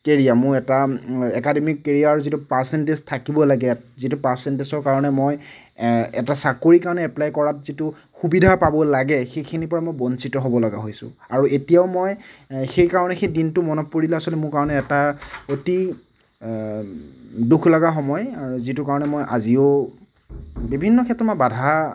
career মোৰ এটা academic কেৰিয়াৰৰ যিটো পাৰ্চেন্টেজ থাকিব লাগে যিটো পাৰ্চেন্টেচৰ কাৰণে মই এটা চাকৰিৰ কাৰণে এপ্লাই কৰাত যিটো সুবিধা পাব লাগে সেইখিনিৰপৰা মই বঞ্চিত হ'ব লগা হৈছোঁ আৰু এতিয়াও মই সেইকাৰণে সেই দিনটো মনত পৰিলে আচলতে মোৰ কাৰণে এটা অতি দুখ লগা সময় আৰু যিটো কাৰণে মই আজিও বিভিন্ন ক্ষেত্ৰত মই বাধা